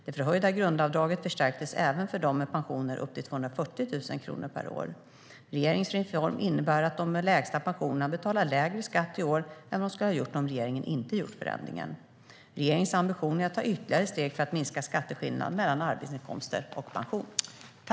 Det förhöjda grundavdraget förstärktes även för dem med pensioner upp till 240 000 kronor per år. Regeringens reform innebär att de med de lägsta pensionerna betalar lägre skatt i år än vad de skulle ha gjort om regeringen inte gjort förändringen.